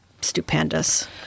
stupendous